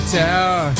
tower